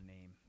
name